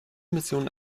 missionen